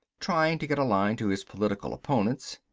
trying to get a line to his political opponents.